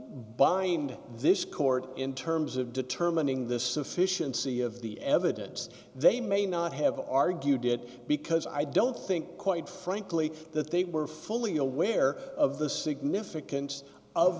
bind this court in terms of determining the sufficiency of the evidence they may not have argued it because i don't think quite frankly that they were fully aware of the significance of